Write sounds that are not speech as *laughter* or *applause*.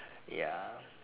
*breath* ya